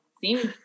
Seems